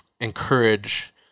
encourage